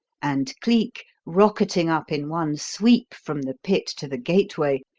and cleek, rocketing up in one sweep from the pit to the gateway,